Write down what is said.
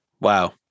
wow